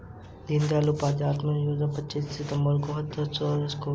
दीन दयाल उपाध्याय अंत्योदय योजना पच्चीस सितम्बर दो हजार चौदह को शुरू किया गया